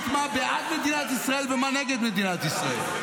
מה בעד מדינת ישראל ומה נגד מדינת ישראל.